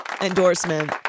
endorsement